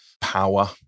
power